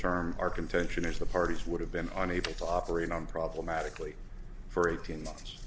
term our contention is the parties would have been unable to operate on problematically for eighteen months